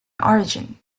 origin